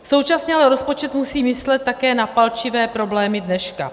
Současně ale rozpočet musí myslet také na palčivé problémy dneška.